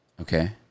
okay